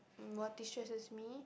what destresses me